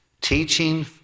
teaching